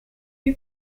eut